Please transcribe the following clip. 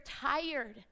tired